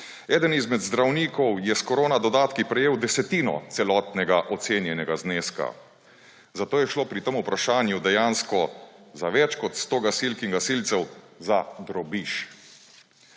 Eden izmed zdravnikov je s korona dodatki prejel desetino celotnega ocenjenega zneska, zato je šlo pri tem vprašanju dejansko za več kot sto gasilk in gasilcev za drobiž.